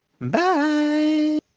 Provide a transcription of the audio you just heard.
Bye